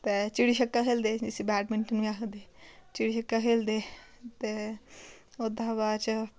ते चिड़ी छिक्का खेलदे जिसी बैटमिंटन बी आखदे चिड़ी छिक्का खेलदे ते ओह्दे हा बाद च